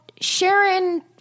Sharon